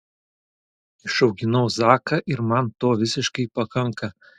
išauginau zaką ir man to visiškai pakanka